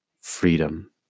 freedom